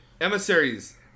Emissaries